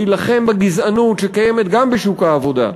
להילחם בגזענות שקיימת גם בשוק העבודה,